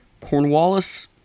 Cornwallis